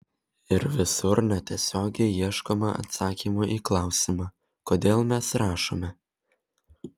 ir visur netiesiogiai ieškoma atsakymo į klausimą kodėl mes rašome